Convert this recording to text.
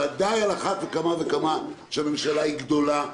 ובוודאי על אחת כמה וכמה כשהממשלה היא גדולה.